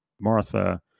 Martha